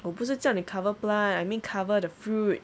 我不是叫你 cover plant I mean cover the fruit